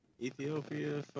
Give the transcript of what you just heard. Ethiopia